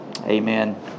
Amen